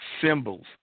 Symbols